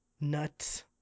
nuts